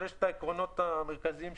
הן לא מעניינות אותי,